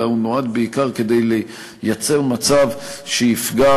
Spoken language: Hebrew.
אלא הוא נועד בעיקר לייצר מצב שיפגע